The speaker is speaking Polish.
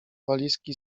walizki